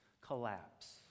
collapse